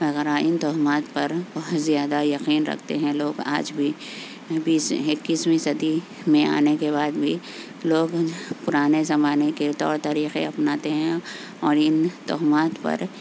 اگر ان تہمات پر بہت زیادہ یقین رکھتے ہیں لوگ آج بھی بیس اکیسویں صدی میں آنے کے بعد بھی لوگ پرانے زمانے کے طور طریقے اپناتے ہیں اور ان تہمات پر